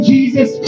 Jesus